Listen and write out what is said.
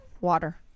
water